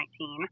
2019